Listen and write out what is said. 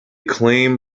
claim